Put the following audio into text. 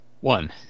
One